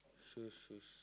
shoes shoes